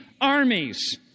armies